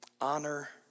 Honor